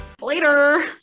Later